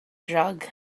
jug